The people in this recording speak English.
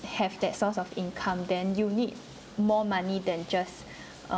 have that source of income then you need more money than just